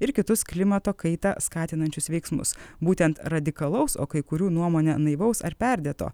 ir kitus klimato kaitą skatinančius veiksmus būtent radikalaus o kai kurių nuomone naivaus ar perdėto